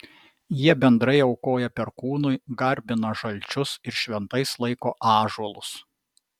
jie bendrai aukoja perkūnui garbina žalčius ir šventais laiko ąžuolus